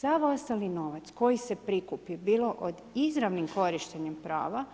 Sav ostali nova koji se prikupi bilo izravnim korištenjem prava